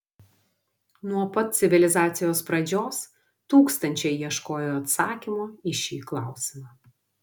nuo pat civilizacijos pradžios tūkstančiai ieškojo atsakymo į šį klausimą